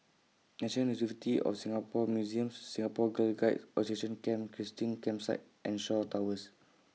National University of Singapore Museums Singapore Girl Guides Association Camp Christine Campsite and Shaw Towers